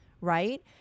Right